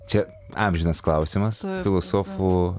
čia amžinas klausimas filosofų